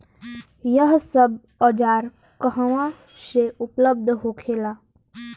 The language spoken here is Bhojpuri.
यह सब औजार कहवा से उपलब्ध होखेला?